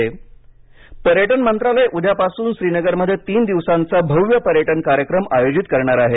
पर्यटन पर्यटन मंत्रालय उद्यापासून श्रीनगरमध्ये तीन दिवसांचा भव्य पर्यटन कार्यक्रम आयोजित करणार आहे